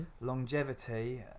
longevity